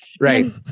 Right